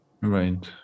Right